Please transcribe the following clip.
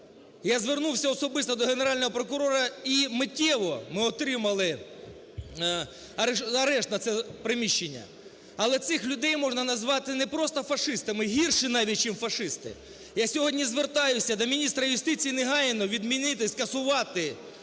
Я звернувся особисто до Генерального прокурора - і миттєво ми отримали арешт на це приміщення. Але цих людей можна назвати не просто фашистами, гірше навіть чим фашисти. Я сьогодні звертаюся до міністра юстиції негайно відмінити, скасувати